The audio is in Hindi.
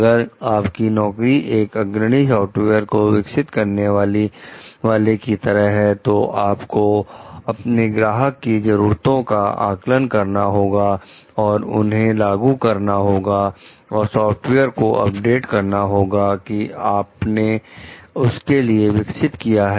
अगर आपकी नौकरी एक अग्रणी सॉफ्टवेयर को विकसित करने वाले की तरह है तो आपको अपने ग्राहक की जरूरतों का आकलन करना होगा और उन्हें लागू करना होगा और सॉफ्टवेयर को अपडेट करना होगा कि आपने उनके लिए विकसित किया है